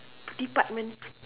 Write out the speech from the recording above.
department